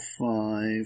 five